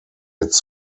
its